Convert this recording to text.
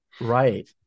Right